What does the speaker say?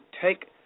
take